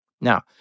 Now